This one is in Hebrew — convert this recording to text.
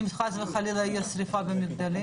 אם חס וחלילה תהיה שריפה במגדלים.